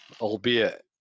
Albeit